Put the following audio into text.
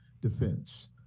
defense